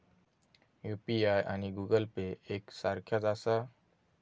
UPI आणि Google Pay एक सारख्याच आसा?